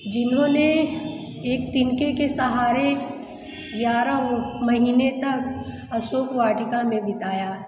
जिन्होंने एक तिनके के सहारे ग्यारहों महीने तक अशोक वाटिका में बिताया